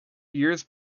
years